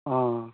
অঁ